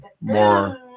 more